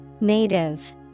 Native